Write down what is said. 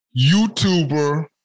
YouTuber